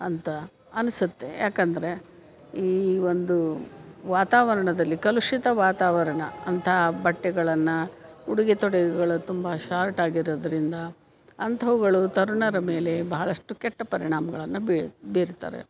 ಅಂತ ಅನ್ಸುತ್ತೆ ಯಾಕೆಂದರೆ ಈ ಒಂದು ವಾತಾವರಣದಲ್ಲಿ ಕಲುಷಿತ ವಾತಾವರಣ ಅಂತಹ ಬಟ್ಟೆಗಳನ್ನು ಉಡುಗೆ ತೊಡುಗೆಗಳು ತುಂಬ ಶಾರ್ಟಾಗಿ ಇರೋದರಿಂದ ಅಂಥವುಗಳು ತರುಣರ ಮೇಲೆ ಬಹಳಷ್ಟು ಕೆಟ್ಟ ಪರಿಣಾಮಗಳನ್ನು ಬೀರ್ತಾರೆ